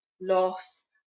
loss